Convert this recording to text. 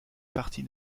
partie